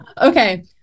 Okay